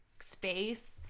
space